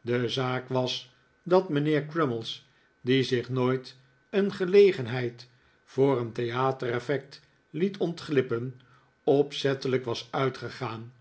de zaak was dat mijnheer crummies die zich nooit een gelegenheid voor een theater effect liet ontglippen opzettelijk was uitgegaan